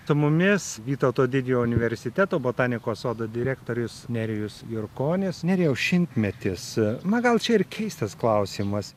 su mumis vytauto didžiojo universiteto botanikos sodo direktorius nerijus jurkonis nerijau šimtmetis na gal čia ir keistas klausimas